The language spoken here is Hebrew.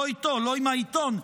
לא עם העיתון,